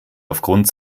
aufgrund